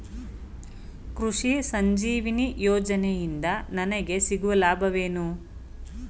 ಕೃಷಿ ಸಂಜೀವಿನಿ ಯೋಜನೆಯಿಂದ ನನಗೆ ಸಿಗುವ ಲಾಭವೇನು?